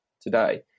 today